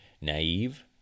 naive